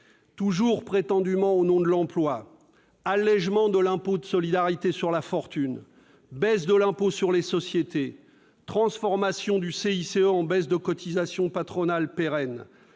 toujours prétendument au nom de l'emploi : allégement de l'impôt de solidarité sur la fortune, baisse de l'impôt sur les sociétés, transformation du CICE en baisse de cotisations patronales pérennes.